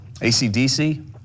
ACDC